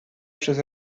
przez